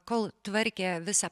kol tvarkė visą